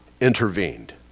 intervened